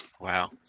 Wow